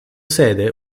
sede